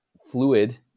fluid